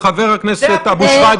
לפחות את השם הפרטי,